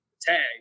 tag